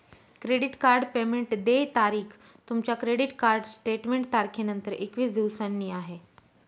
credit card payment देय तारीख तुमच्या क्रेडिट कार्ड स्टेटमेंट तारखेनंतर एकवीस दिवसांनी आहे